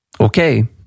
Okay